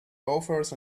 loafers